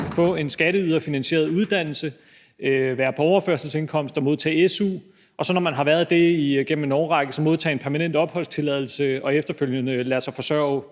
få en skatteyderfinansieret uddannelse, være på overførselsindkomst og modtage su, og når man så har været det igennem en årrække modtage en permanent opholdstilladelse og efterfølgende lade sig forsørge